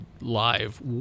live